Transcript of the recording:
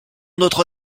notre